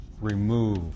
remove